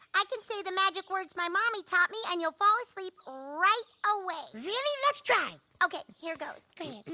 i can say the magic words my mommy taught me and you'll fall asleep right away. really, let's try. okay here goes.